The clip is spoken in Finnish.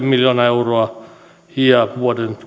miljoonaa euroa ja vuoden